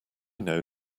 know